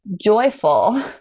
joyful